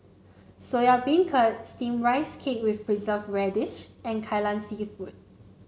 Soya Beancurd steamed Rice Cake with Preserved Radish and Kai Lan seafood